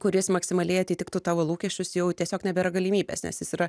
kuris maksimaliai atitiktų tavo lūkesčius jau tiesiog nebėra galimybės nes jis yra